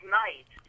night